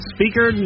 Speaker